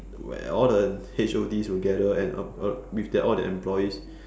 where all the H_O_Ds will gather and uh with their all their employees